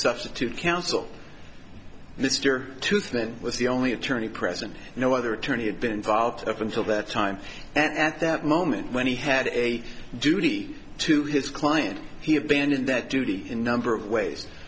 substitute counsel mr two thousand was the only attorney present no other attorney had been involved up until that time and at that moment when he had a duty to his client he abandoned that duty in a number of ways